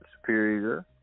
Superior